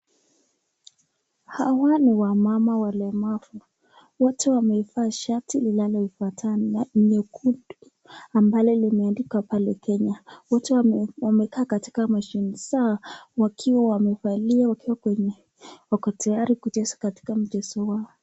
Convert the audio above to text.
Hawa ni wamama walemavu ambao wamevaa shati inafanana ya nyekundu ambalo limeandikwa Kenya, wote wamekaa katika mshini zao wakiwa wamevalia wakiwa kwenye wako tayari kucheza katika mchezo wao.